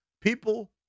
People